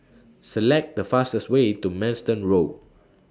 Select The fastest Way to Manston Road